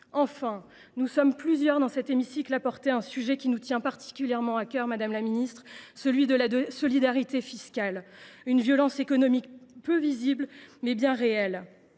Enfin, nous sommes plusieurs dans cet hémicycle à défendre un principe qui nous tient particulièrement à cœur, madame la ministre, celui de la solidarité fiscale, une violence économique peu visible, mais bien réelle.